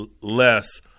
less